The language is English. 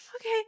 okay